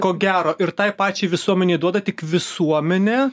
ko gero ir tai pačiai visuomenei duoda tik visuomenė